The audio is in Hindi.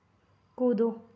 कूदो